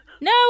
No